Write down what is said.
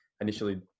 initially